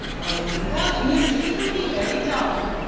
oh, without music it would be very dull,